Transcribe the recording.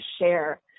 share